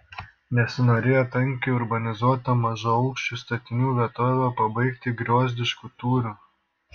nesinorėjo tankiai urbanizuotą mažaaukščių statinių vietovę pabaigti griozdišku tūriu